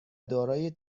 دارای